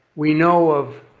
we know of,